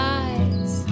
eyes